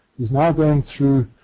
is now going through.